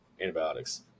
antibiotics